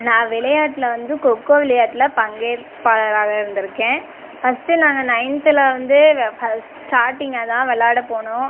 நான் விளையாட்டில் வந்து கொக்கோ விளையாட்டில் பங்கேற்பாளராக இருந்திருக்கேன் ஃபஸ்ட்டு நாங்கள் நைன்த்தில் வந்து ரே ஃபஸ்ட் ஸ்டார்ட்டிங் அதுதான் விளாட போனோம்